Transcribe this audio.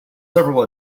several